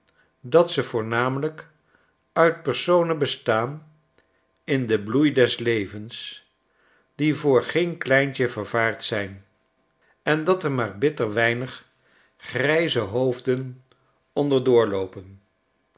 dat ze voornamelijk uit personen bestaan in den bloei des levens die voor geen kleintje vervaard zijn en dat er maar bitter weinig grijze hoofden